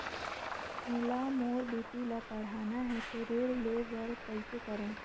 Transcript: मोला मोर बेटी ला पढ़ाना है तो ऋण ले बर कइसे करो